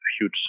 huge